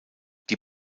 die